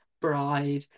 bride